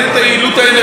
יש שבע דרגות,